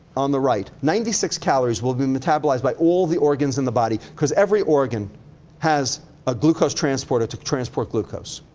on the right, ninety six calories will be metabolized by all the organs in the body cause every organ has a glucose transporter to transport glucose.